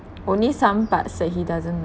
only some parts that he doesn't know